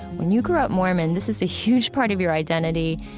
when you grow up mormon, this is a huge part of your identity,